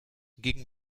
gegen